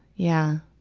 yeah.